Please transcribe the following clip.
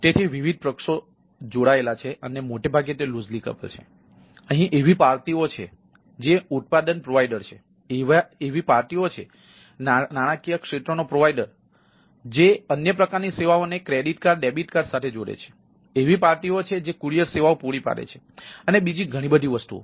તેથી વિવિધ પક્ષો જોડાયેલા છે અને મોટે ભાગે તે લૂઝલી કપલ છે જે અન્ય પ્રકારની સેવાઓને ક્રેડિટ કાર્ડ ડેબિટ કાર્ડ સાથે જોડે છે એવી પાર્ટીઓ છે જે કુરિયર સેવાઓ પૂરી પાડે છે અને બીજી ઘણી બધી વસ્તુઓ